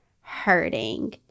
hurting